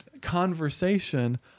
conversation